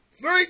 three